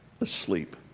asleep